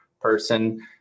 person